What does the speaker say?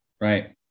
Right